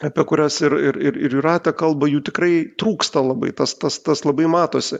apie kurias ir ir ir ir yra ta kalba jų tikrai trūksta labai tas tas tas labai matosi